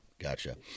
Gotcha